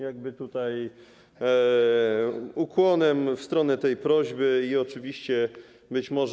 jakby tutaj ukłonem w stronę tej prośby, i oczywiście, być może.